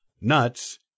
nuts